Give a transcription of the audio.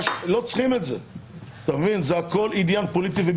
ולא נעשה את הכול פוליטי.